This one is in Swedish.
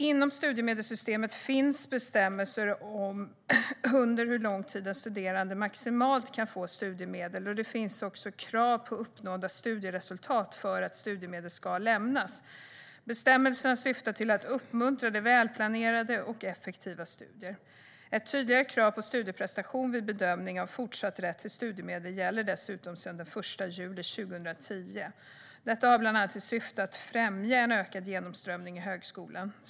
Inom studiemedelssystemet finns bestämmelser om under hur lång tid en studerande maximalt kan få studiemedel, och det finns också krav på uppnådda studieresultat för att studiemedel ska lämnas. Bestämmelserna syftar till att uppmuntra välplanerade och effektiva studier. Ett tydligare krav på studieprestation vid bedömningen av fortsatt rätt till studiemedel gäller dessutom sedan den 1 juli 2010. Detta har bland annat till syfte att främja en ökad genomströmning i högskolan.